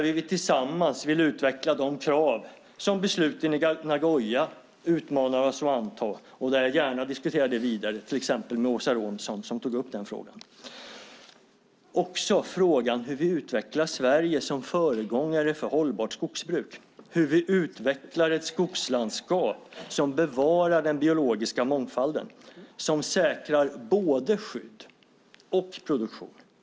Vi vill tillsammans utveckla de krav som besluten i Nagoya utmanar oss att anta. Jag diskuterar gärna det vidare med till exempel Åsa Romson som tog upp den frågan. Vi har också frågan hur vi utvecklar Sverige som föregångare i hållbart skogsbruk. Hur utvecklar vi ett skogslandskap som bevarar den biologiska mångfalden och säkrar både skydd och produktion?